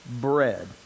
bread